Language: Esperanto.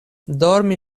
dormi